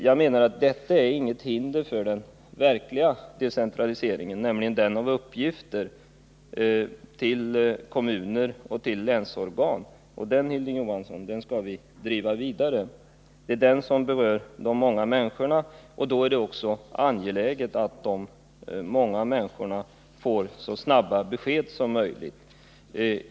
Jag menar att detta inte är något hinder mot den verkliga decentraliseringen, nämligen den som sker av uppgifter till kommuner och länsorgan. Den skall vi, Hilding Johansson, driva vidare. Det är den som berör de många människorna, och det är angeläget att dessa får så snabba besked som möjligt.